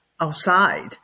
outside